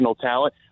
talent